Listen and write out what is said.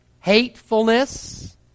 hatefulness